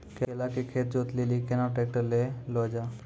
केला के खेत जोत लिली केना ट्रैक्टर ले लो जा?